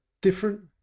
different